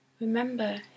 Remember